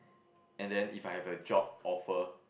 and then if I have a job offer